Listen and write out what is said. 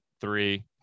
three